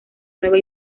nueva